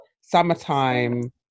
summertime